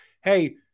Hey